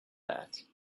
that